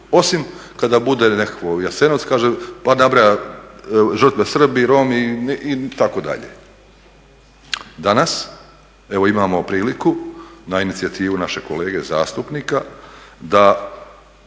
osim kada bude nekakvo u Jasenovcu pa nabraja žrtve Srbi, Romi itd. Danas evo imamo priliku na inicijativu našeg kolege zastupnika da